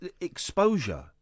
exposure